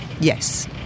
Yes